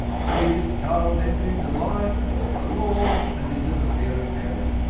may this child enter into life, into the law, and into the fear of heaven.